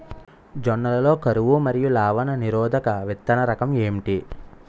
జొన్న లలో కరువు మరియు లవణ నిరోధక విత్తన రకం ఏంటి?